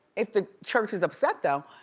if the church is upset though.